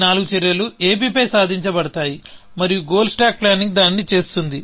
ఈ నాలుగు చర్యలు ab పై సాధించబడతాయి మరియు గోల్ స్టాక్ ప్లానింగ్ దానిని చేస్తుంది